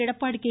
Edappadi K